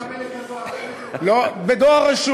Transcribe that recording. קודם שנקבל את הדואר, אחרי זה, בדואר רשום.